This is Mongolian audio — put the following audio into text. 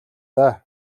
даа